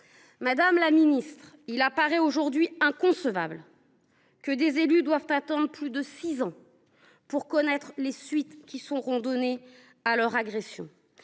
Madame la ministre, il paraît aujourd’hui inconcevable que des élus doivent attendre plus de six ans pour connaître les suites qui seront données à leur agression.